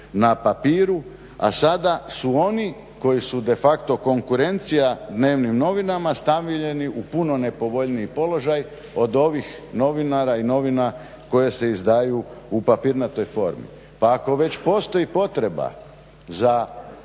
na papiru, a sada su oni koji su de facto konkurencija dnevnim novinama stavljeni u puno nepovoljniji položaj od ovih novinara i novina koje se izdaju u papirnatoj formi. Pa ako već postoji potreba za